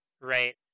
right